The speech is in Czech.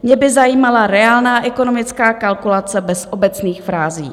Mě by zajímala reálná ekonomická kalkulace bez obecných frází.